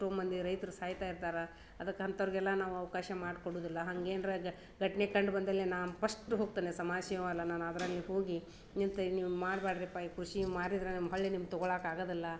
ಮಂದಿ ರೈತ್ರು ಸಾಯ್ತಾ ಇರ್ತಾರ ಅದಕ್ಕೆ ಅಂಥವ್ರಿಗೆಲ್ಲ ನಾವು ಅವಕಾಶ ಮಾಡ್ಕೊಡುವುದಿಲ್ಲ ಹಂಗೇನಾರ ಘಟನೆ ಕಂಡು ಬಂದಲ್ಲಿ ನಾನು ಪಸ್ಟ್ ಹೋಗ್ತಿನೆ ಸಮಾಜ ಸೇವೆ ಅಲ್ಲ ನಾನು ಅದರಲ್ಲಿ ಹೋಗಿ ನಿಂತು ನೀವು ಮಾಡಬ್ಯಾಡ್ರಿಪ್ಪ ಈ ಕೃಷಿ ಮಾಡಿದ್ರೆ ನಿಮ್ಮ ಹಳ್ಳಿ ನಿಮ್ಮ ತೊಗೊಳ್ಳೋಕೆ ಆಗೋದಿಲ್ಲ